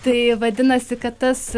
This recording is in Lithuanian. tai vadinasi kad tas